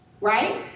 right